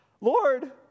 Lord